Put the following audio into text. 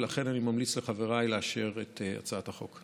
ולכן אני ממליץ לחבריי לאשר את הצעת החוק.